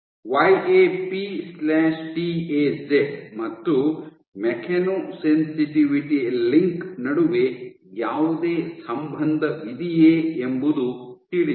Y A P T A Z ಮತ್ತು mechanosensitivity link ನಡುವೆ ಯಾವುದೇ ಸಂಬಂಧವಿದೆಯೇ ಎಂಬುದು ತಿಳಿದಿಲ್ಲ